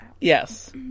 yes